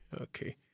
okay